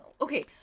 okay